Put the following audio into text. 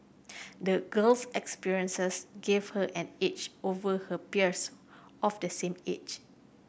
the girl's experiences gave her an edge over her peers of the same age